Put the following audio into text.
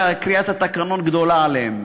וקריאת התקנון גדולה עליהם.